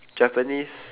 japanese